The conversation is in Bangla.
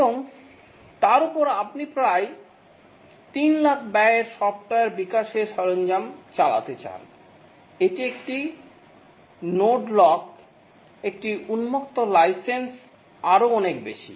এবং তার উপর আপনি প্রায় 300000 ব্যয়ের সফ্টওয়্যার বিকাশের সরঞ্জাম চালাতে চান এটি একটি নোড লক একটি উন্মুক্ত লাইসেন্স আরও অনেক বেশি